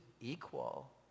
equal